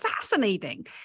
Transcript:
fascinating